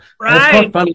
Right